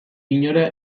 inora